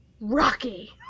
Rocky